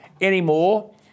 anymore